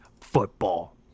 football